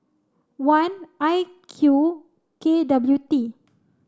one I Q K W T